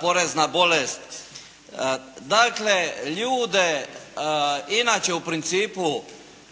porez na bolest. Dakle, ljude inače u principu